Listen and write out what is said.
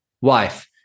Wife